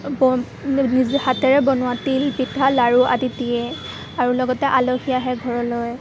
নিজ হাতেৰে বনোৱা তিল পিঠা লাড়ু আদি দিয়ে আৰু লগতে আলহী আহে ঘৰলৈ